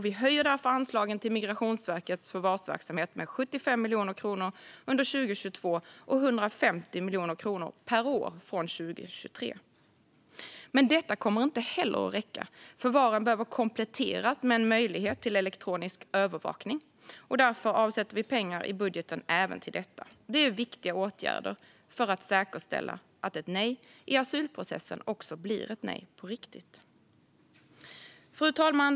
Vi höjer därför anslagen till Migrationsverkets förvarsverksamhet med 75 miljoner kronor under 2022 och 150 miljoner kronor per år från 2023. Detta kommer dock inte att räcka. Förvaren behöver kompletteras med möjlighet till elektronisk övervakning. Därför avsätter vi pengar i budgeten även till detta. Det är viktiga åtgärder för att säkerställa att ett nej i asylprocessen också blir ett nej på riktigt. Fru talman!